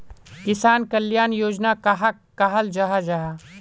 किसान कल्याण योजना कहाक कहाल जाहा जाहा?